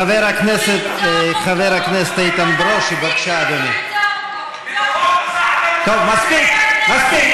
חבר הכנסת, ניסו לרצוח אותו, ואתה מצדיק